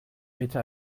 wehte